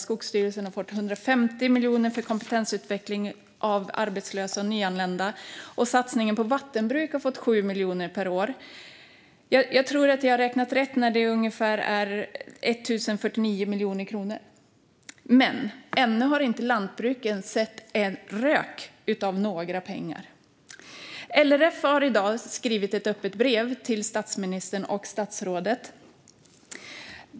Skogsstyrelsen har fått 150 miljoner för kompetensutveckling av arbetslösa och nyanlända, och satsningen på vattenbruk har fått 7 miljoner per år. Jag tror att jag har räknat rätt när jag får det till ungefär 1 049 miljoner kronor. Ännu har lantbruken dock inte sett röken av några pengar. LRF har i dag skrivit ett öppet brev till statsministern och statsrådet.